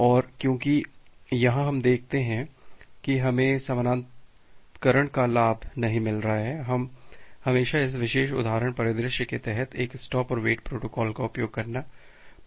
और क्योंकि यहां हम देखते हैं कि हमें समानांतरकरण का लाभ नहीं मिल रहा है हम हमेशा इस विशेष उदाहरण परिदृश्य के तहत एक स्टॉप और वेट प्रोटोकॉल का उपयोग करना पसंद करते हैं